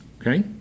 okay